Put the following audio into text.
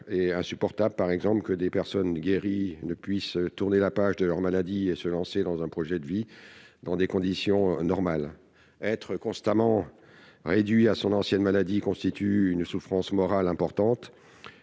et insupportable que des personnes guéries ne puissent tourner la page de leur maladie et se lancer dans un projet de vie dans des conditions normales. Être constamment réduit à son ancienne maladie constitue une grande souffrance morale- et je